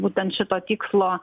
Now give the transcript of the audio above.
būtent šito tikslo